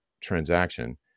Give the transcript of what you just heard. transaction